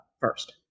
First